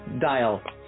Dial